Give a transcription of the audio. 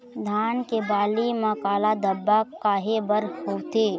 धान के बाली म काला धब्बा काहे बर होवथे?